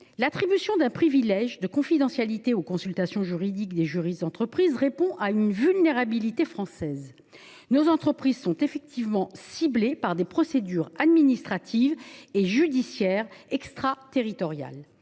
L’attribution d’un privilège de confidentialité aux consultations juridiques des juristes d’entreprise répond à une vulnérabilité française. Nos entreprises sont en effet la cible de procédures administratives et judiciaires extraterritoriales.